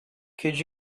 could